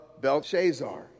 Belshazzar